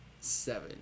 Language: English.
Seven